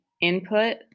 input